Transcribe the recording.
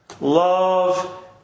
Love